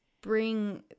Bring